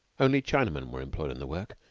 only chinamen were employed on the work,